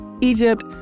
Egypt